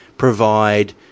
provide